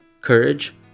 courage